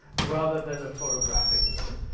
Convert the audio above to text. rather than a photographic one,